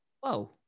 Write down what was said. Whoa